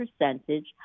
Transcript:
percentage